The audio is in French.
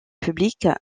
public